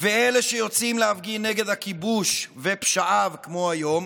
ואלה שיוצאים להפגין נגד הכיבוש ופשעיו כמו היום,